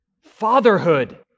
fatherhood